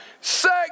sex